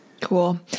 Cool